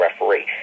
referee